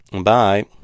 Bye